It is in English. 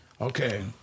Okay